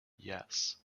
yes